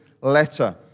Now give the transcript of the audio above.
letter